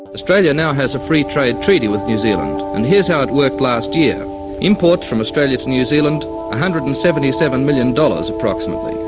australia now has a free trade treaty with new zealand, and here's how it worked last year imports from australia to new zealand hundred and seventy seven million dollars approximately,